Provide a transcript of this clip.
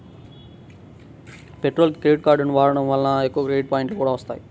పెట్రోల్కి క్రెడిట్ కార్డుని వాడటం వలన ఎక్కువ క్రెడిట్ పాయింట్లు కూడా వత్తాయి